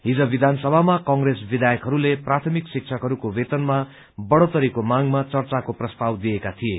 हिज विधानसभामा कंग्रेस विधायकहरूले प्राथमिक शिक्षकहरूको वेतनमा बढ़ोत्तरीको मागमा चर्चाको प्रस्ताव दिएका थिए